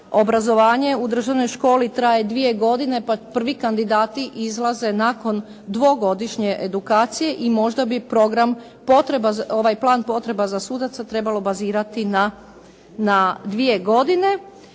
obrazovanje u državnoj školi traje dvije godine pa prvi kandidati izlaze nakon dvogodišnje edukacije i možda bi plan potreba sudaca trebalo bazirati na dvije godine